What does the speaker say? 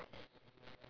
ya